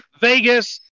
Vegas